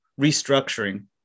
restructuring